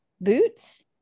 boots